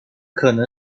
可能